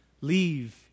leave